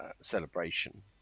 celebration